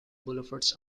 boulevards